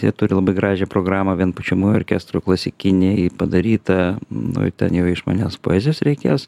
jie turi labai gražią programą vien pučiamųjų orkestrų klasikiniai padaryta nu i ten jau iš manęs poezijos reikės